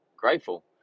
Grateful